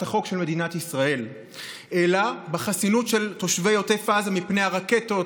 החוק של מדינת ישראל אלא בחסינות של תושבי עוטף עזה מפני הרקטות,